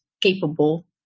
capable